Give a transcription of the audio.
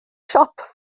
siop